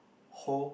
hole